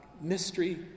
mystery